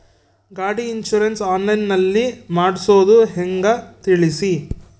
ಗಾಡಿ insurance online ನಲ್ಲಿ ಮಾಡ್ಸೋದು ಹೆಂಗ ತಿಳಿಸಿ?